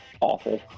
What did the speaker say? awful